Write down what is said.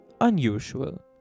unusual